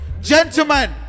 gentlemen